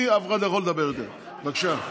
הצבעה, בבקשה.